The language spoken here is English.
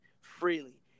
freely